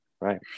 Right